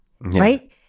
right